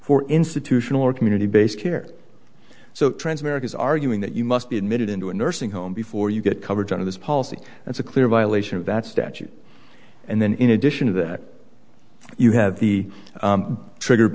for institutional or community based care so transamerica is arguing that you must be admitted into a nursing home before you get coverage under this policy that's a clear violation of that statute and then in addition to that you have the trigger